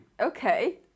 Okay